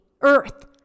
earth